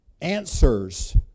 answers